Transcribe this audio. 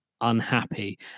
unhappy